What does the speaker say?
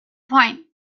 point